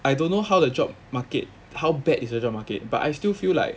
I don't know how the job market how bad is the job market but I still feel like